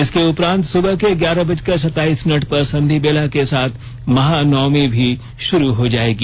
इसके उपरांत सुबह के ग्यारह बजकर सताइस मिनट पर संधि बेला के साथ महानवमी भी शुरू हो जाएगी